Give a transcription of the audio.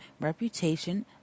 reputation